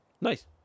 Nice